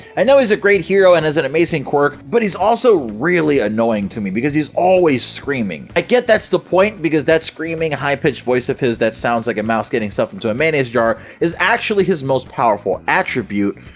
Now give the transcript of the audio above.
i know he's a great hero and has an amazing quirk, but he's also really annoying to me because he's always screaming. i guess that's the point, because that screaming high pitched voice of his that sounds like a mouse getting stuffed into a mayonnaise jar, is actually his most powerful attribute.